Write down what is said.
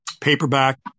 paperback